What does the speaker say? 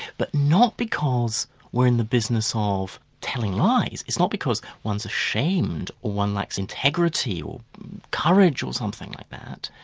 but not because we're in the business ah of telling lies, it's not because one's ashamed or one lacks integrity or courage or something like that,